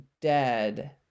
dead